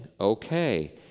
okay